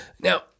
Now